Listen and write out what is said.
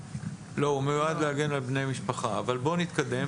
לא, הוא מיועד להגן על בני משפחה, אבל בוא נתקדם.